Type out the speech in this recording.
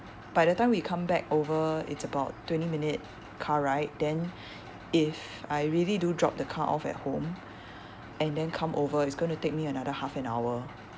by the time we come back over it's about twenty minute car ride then if I really do drop the car off at home and then come over it's going to take me another half an hour